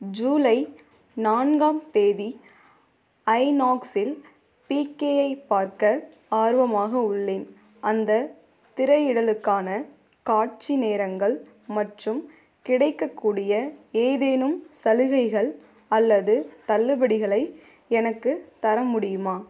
ஜூலை நான்காம் தேதி ஐநாக்ஸ் இல் பிகே ஐப் பார்க்க ஆர்வமாக உள்ளேன் அந்தத் திரையிடலுக்கான காட்சி நேரங்கள் மற்றும் கிடைக்கக்கூடிய ஏதேனும் சலுகைகள் அல்லது தள்ளுபடிகளை எனக்குத் தர முடியுமா